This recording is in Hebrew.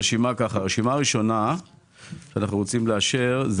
רשימה ראשונה שאנחנו ממליצים לאשר היא